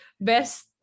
Best